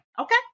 Okay